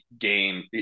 game